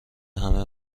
همه